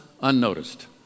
unnoticed